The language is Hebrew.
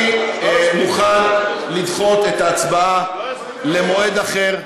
אני מוכן לדחות את ההצבעה למועד אחר.